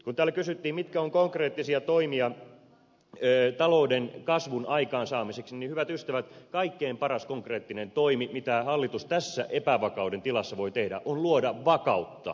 kun täällä kysyttiin mitkä ovat konkreettisia toimia talouden kasvun aikaansaamiseksi niin hyvät ystävät kaikkein paras konkreettinen toimi mitä hallitus tässä epävakauden tilassa voi tehdä on luoda vakautta ennustettavuutta